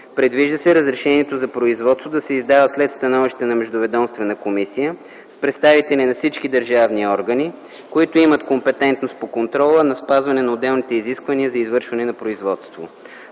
Предвижда се разрешението за производство да се издава след становище на междуведомствена комисия с представители на всички държавни органи, които имат компетентност по контрола на спазване на отделните изисквания за извършване на производство.